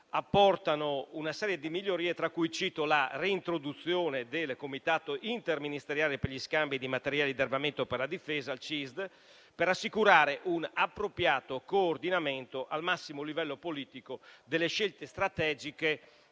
apporta una serie di migliorie, tra cui cito la reintroduzione del Comitato interministeriale per gli scambi di materiali di armamento per la difesa (CISD), per assicurare un appropriato coordinamento, al massimo livello politico, delle scelte strategiche